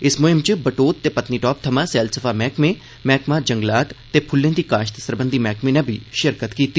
इस म्हीम च बटोत ते पत्नीटाप थमां सैलसफा मैहकमे मैहकमा जंगलात ते फ्ल्ले दी काश्त सरबंधी मैहकमे नै बी शिरकत कीती